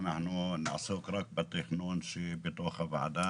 אנחנו נעסוק רק בתכנון שבוועדה.